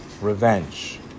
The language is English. revenge